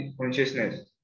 consciousness